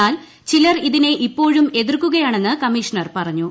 എന്നാൽ ചിലർ ഇതിനെ ഇപ്പോഴും എതിർക്കുകയാണെന്ന് കമ്മീഷണർ പറഞ്ഞു